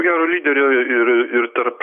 geru lyderiu ir ir tarp